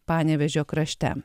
panevėžio krašte